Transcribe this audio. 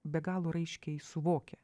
be galo raiškiai suvokia